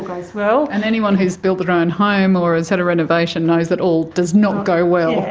goes well. and anyone who's built their own home or who's had a renovation knows that all does not go well.